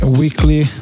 weekly